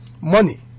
money